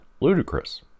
ludicrous